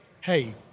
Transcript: hey